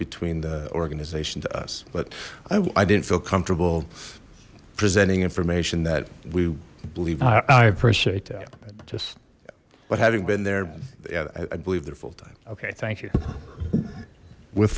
between the organization to us but i didn't feel comfortable presenting information that we believe i appreciate that just but having been there yeah i believe their full time okay thank you with